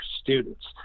students